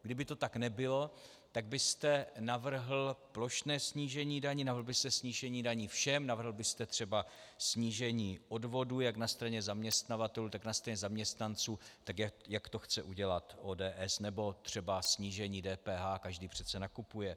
Kdyby to tak nebylo, tak byste navrhl plošné snížení daní, navrhl byste snížení daní všem, navrhl byste třeba snížení odvodů jak na straně zaměstnavatelů, tak na straně zaměstnanců, jak to chce udělat ODS, nebo třeba snížení DPH, každý přece nakupuje.